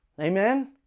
Amen